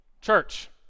church